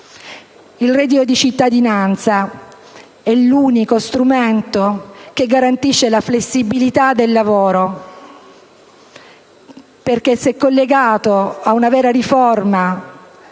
Il reddito di cittadinanza è l'unico strumento che garantisce la flessibilità del lavoro, perché, se collegato a una vera riforma